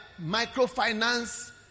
microfinance